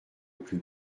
plus